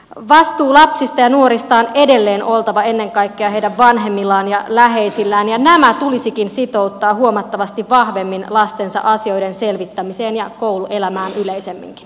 vastuun lapsista ja nuorista on edelleen oltava ennen kaikkea heidän vanhemmillaan ja läheisillään ja nämä tulisikin sitouttaa huomattavasti vahvemmin lastensa asioiden selvittämiseen ja kouluelämään yleisemminkin